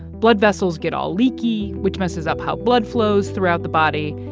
blood vessels get all leaky, which messes up how blood flows throughout the body.